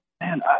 man